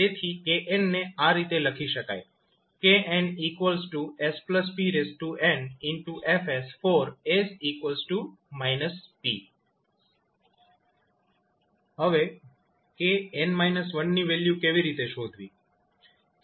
તેથી 𝑘𝑛 ને આ રીતે લખી શકાય 𝑘𝑛𝑠𝑝𝑛𝐹𝑠 | 𝑠−𝑝 હવે kn−1 ની વેલ્યુ કેવી રીતે શોધવી